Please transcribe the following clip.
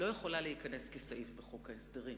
לא יכולה להיכנס כסעיף בחוק ההסדרים,